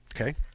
Okay